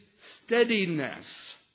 steadiness